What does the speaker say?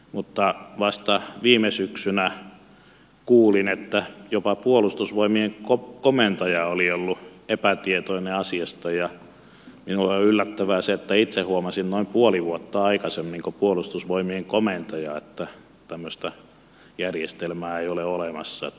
mutta vasta viime syksynä kuulin että jopa puolustusvoimien komentaja oli ollut epätietoinen asiasta ja minulle oli yllättävää se että itse huomasin noin puoli vuotta aikaisemmin kuin puolustusvoimien komentaja että tämmöistä järjestelmää ei ole olemassa